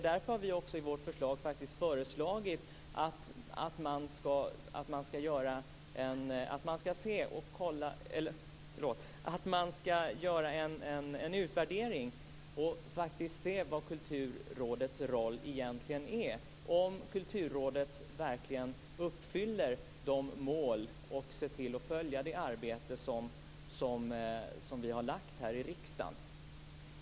Därför har vi också föreslagit att man skall göra en utvärdering och se vilken Kulturrådets roll egentligen är, om Kulturrådet verkligen uppfyller sina mål och arbetar efter vad vi har lagt fast här i riksdagen.